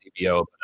CBO